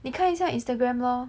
你看一下 Instagram lor